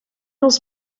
els